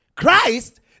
Christ